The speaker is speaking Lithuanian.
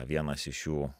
vienas iš jų